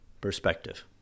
perspective